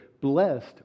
blessed